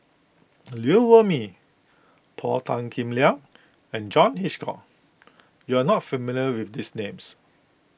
Liew Wee Mee Paul Tan Kim Liang and John Hitchcock you are not familiar with these names